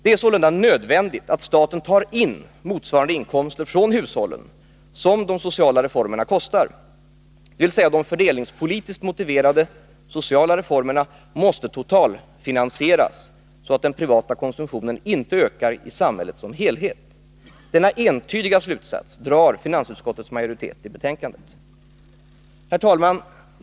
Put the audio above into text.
Det är sålunda nödvändigt att staten tar in motsvarande inkomster från hushållen som de sociala reformerna kostar, dvs. de fördelningspolitiskt motiverade sociala reformerna måste totalfinansieras, så att den privata konsumtionen inte ökar i samhället som helhet. Denna entydiga slutsats drar finansutskottets majoritet i betänkandet. Herr talman!